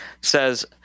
says